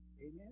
Amen